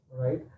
right